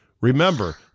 Remember